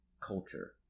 culture